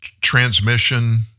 transmission